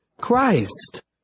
Christ